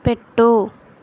పెట్టు